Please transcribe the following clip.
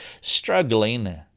struggling